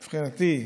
מבחינתי,